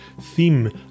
theme